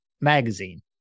magazine